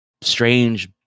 strange